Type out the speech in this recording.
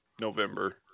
November